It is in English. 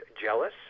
jealous